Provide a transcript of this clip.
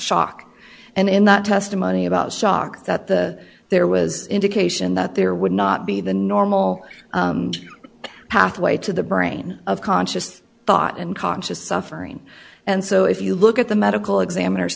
shock and in that testimony about shock that the there was indication that there would not be the normal pathway to the brain of conscious thought and conscious suffering and so if you look at the medical examiner